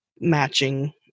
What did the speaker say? matching